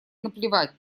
наплевать